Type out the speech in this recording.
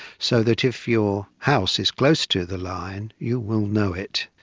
so that if your house is close to the line, you will know it.